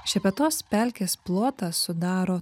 šepetos pelkės plotą sudaro